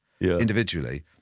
individually